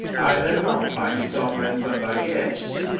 i know not, mighty sovereign, but by guess.